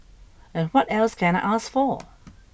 and what else can I ask for